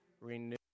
renew